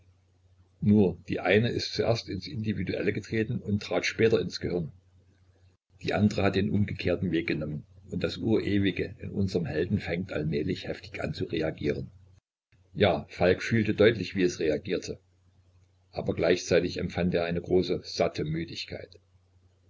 nur die eine ist zuerst ins individuelle getreten und trat später ins gehirn die andre hat den umgekehrten weg genommen und das urewige in unserm helden fingt allmählich heftig an zu reagieren ja falk fühlte deutlich wie es reagierte aber gleichzeitig empfand er eine große satte müdigkeit